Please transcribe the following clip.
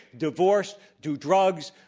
divorce, do drugs.